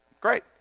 great